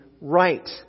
right